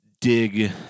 dig